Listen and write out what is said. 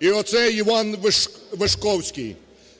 І оцей Іван Вишковський